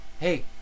Hey